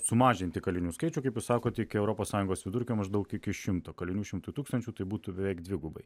sumažinti kalinių skaičių kaip jūs sakot iki europos sąjungos vidurkio maždaug iki šimto kalinių šimtui tūkstančių tai būtų beveik dvigubai